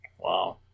Wow